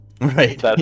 Right